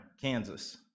Kansas